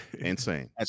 Insane